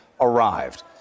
arrived